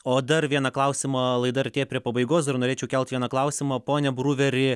o dar vieną klausimą laida artėja prie pabaigos dar norėčiau kelt vieną klausimą pone bruveri